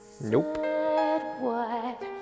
Nope